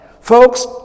Folks